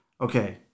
okay